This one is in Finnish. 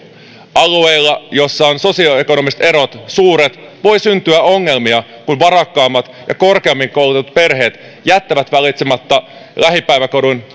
alueilla jossa sosioekonomiset erot ovat suuret voi syntyä ongelmia kun varakkaammat ja korkeammin koulutetut perheet jättävät valitsematta lähipäiväkodin